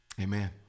Amen